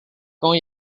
quand